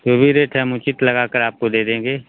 जो भी रेट है हम उचित लगाकर आपको दे देंगे